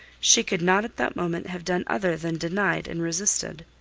she could not at that moment have done other than denied and resisted.